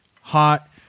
hot